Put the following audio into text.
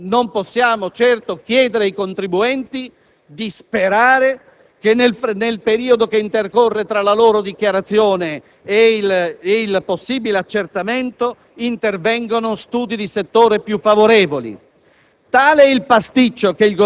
prova. Non possiamo certo chiedere ai contribuenti di sperare che, nel periodo che intercorre tra la loro dichiarazione e il possibile accertamento, intervengano studi di settore più favorevoli.